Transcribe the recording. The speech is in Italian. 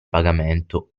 pagamento